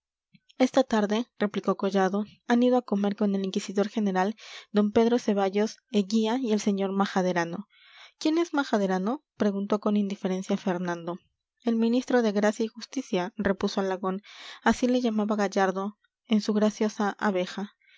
esta tarde replicó collado han ido a comer con el inquisidor general d pedro ceballos eguía y el sr majaderano quién es majaderano preguntó con indiferencia fernando el ministro de gracia y justicia repuso alagón así le llamaba gallardo en su graciosa abeja